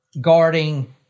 guarding